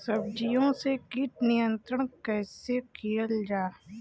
सब्जियों से कीट नियंत्रण कइसे कियल जा?